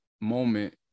moment